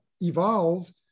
evolved